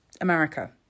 America